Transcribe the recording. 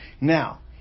Now